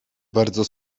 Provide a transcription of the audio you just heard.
bardzo